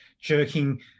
jerking